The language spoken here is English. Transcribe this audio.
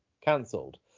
cancelled